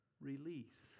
release